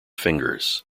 fingers